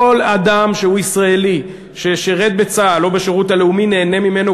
כל אדם שהוא ישראלי ושירת בצה"ל או בשירות לאומי נהנה ממנו,